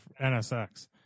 NSX